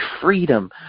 freedom